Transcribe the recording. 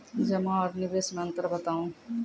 जमा आर निवेश मे अन्तर बताऊ?